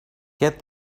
get